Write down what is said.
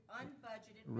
unbudgeted